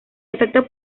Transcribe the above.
efecto